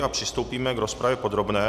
A přistoupíme k rozpravě podrobné.